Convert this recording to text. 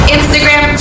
Instagram